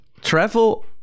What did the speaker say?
travel